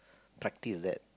practice that